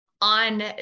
on